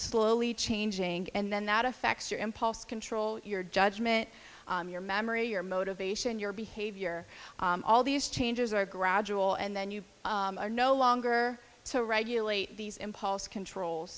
slowly changing and then that affects your impulse control your judgment your memory your motivation your behavior all these changes are gradual and then you are no longer to regulate these impulse control